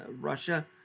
Russia